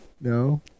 No